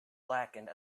blackened